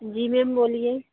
जी ma'am बोलिए